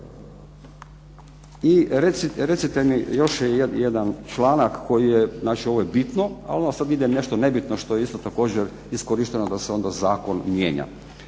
I recite mi još je jedan članak, znači ovo je bitno, onda ide nešto nebitno što je iskorišteno da se onda Zakon mijenja.